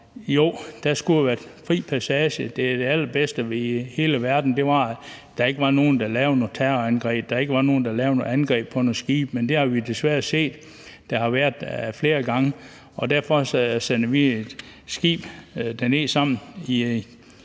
jo, der skulle være fri passage. Det allerbedste i hele verden ville være, at der ikke var nogen, der lavede terrorangreb, at der ikke var nogen, der lavede noget angreb på nogen skibe, men det har vi desværre set at der har været flere gange. Derfor sender vi en fregat